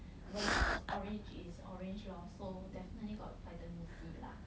but yeah cause orange is orange lor so definitely got vitamin C lah